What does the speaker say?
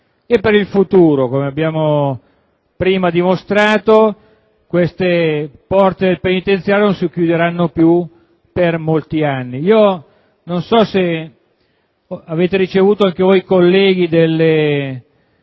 e per il futuro: come abbiamo prima dimostrato, le porte del penitenziario non si chiuderanno più per molti anni. Non so se avete ricevuto anche voi, colleghi, le